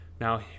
Now